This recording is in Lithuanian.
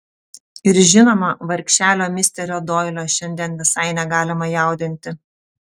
ir žinoma vargšelio misterio doilio šiandien visai negalima jaudinti